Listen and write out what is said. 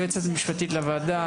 היועצת המשפטית לוועדה,